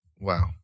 Wow